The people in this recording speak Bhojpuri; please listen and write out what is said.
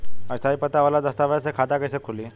स्थायी पता वाला दस्तावेज़ से खाता कैसे खुली?